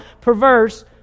perverse